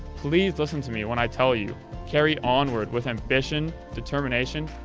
please listen to me when i tell you carry onward with ambition, determination,